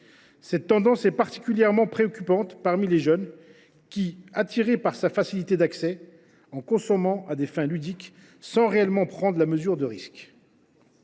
Cette tendance est particulièrement préoccupante parmi les jeunes, qui, attirés par sa facilité d’accès, en consomment à des fins ludiques, sans prendre réellement la mesure des risques